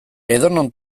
edonon